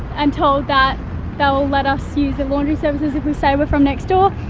and told that they'll ah let us use the laundry services if we say we're from next door,